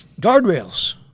guardrails